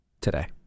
today